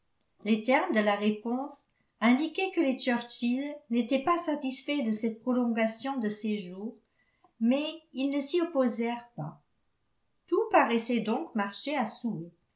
les termes de la réponse indiquaient que les churchill n'étaient pas satisfaits de cette prolongation de séjour mais ils ne s'y opposèrent pas tout paraissait donc marcher à